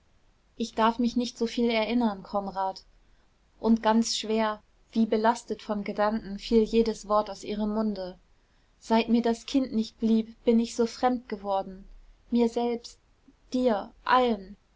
ich darf mich nicht so viel erinnern konrad und ganz schwer wie belastet von gedanken fiel jedes wort aus ihrem munde seit mir das kind nicht blieb bin ich so fremd geworden mir selbst dir allen